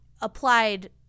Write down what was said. applied